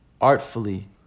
artfully